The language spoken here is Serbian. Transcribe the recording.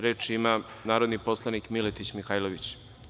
Reč ima narodni poslanik Miletić Mihajlović.